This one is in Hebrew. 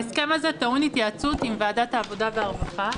ההסכם הזה טעון התייעצות עם ועדת העבודה והרווחה.